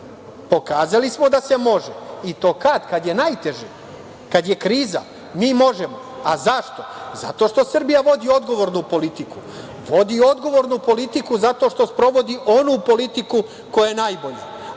Pokazali smo da se može. I to kad? Kad je najteže, kad je kriza mi možemo? Zašto? Zato što Srbija vodi odgovornu politiku. Vodi odgovornu politiku zato što sprovodi onu politiku koja je najbolja,